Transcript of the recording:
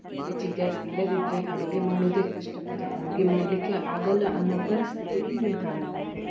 L P G gas ಇಲ್ಲದಿದ್ದರೆ ಅಡುಗೆ ಮಾಡೋದೇ ಕಷ್ಟಕರ ಅಡುಗೆ ಮಾಡಲಿಕ್ಕೆ ಆಗಲ್ಲ ಅನ್ನೋ ಪರಿಸ್ಥಿತಿ ಈಗಿನ ಕಾಲದ್ದಾಗಿದೆ